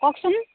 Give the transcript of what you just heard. কওকচোন